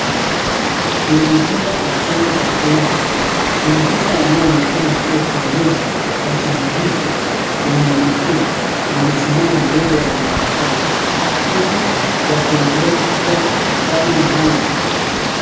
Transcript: Kwenye chumba cha chama cha siasa maafisa wanaonekana kuwa viongozi wa chama hiki wanaonekana wamesimama mbele ya wanahabari huku wakiendelea kutoa habari maalum.